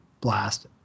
blast